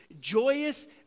joyous